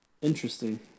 Interesting